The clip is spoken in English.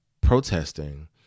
protesting